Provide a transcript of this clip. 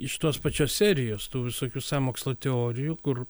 iš tos pačios serijos tų visokių sąmokslo teorijų kur